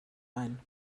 ein